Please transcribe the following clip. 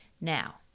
now